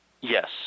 Yes